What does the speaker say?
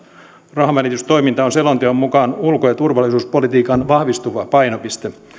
rauhanvälitystoiminta on selonteon mukaan ulko ja turvallisuuspolitiikan vahvistuva painopiste